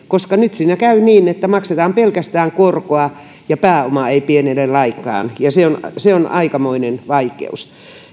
koska nyt siinä käy niin että maksetaan pelkästään korkoa ja pääoma ei pienene lainkaan ja se se on aikamoinen vaikeus